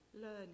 learning